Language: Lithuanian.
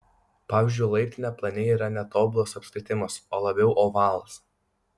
pavyzdžiui laiptinė plane yra ne tobulas apskritimas o labiau ovalas